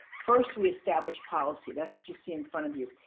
first we establish policy that's what you see in front of you.